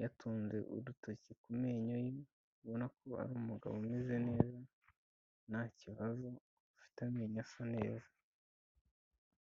yatunze udutoki ku menyo ye, ubona ko ari umugabo umeze neza, ntakibazo, afite amenyo asa neza.